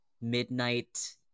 midnight